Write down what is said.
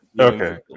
Okay